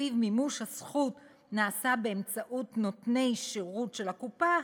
שלפיו מימוש הזכות נעשה באמצעות נותני שירות של הקופה,